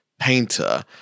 painter